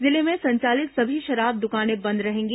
जिले में संचालित सभी शराब दुकानें बंद रहेंगी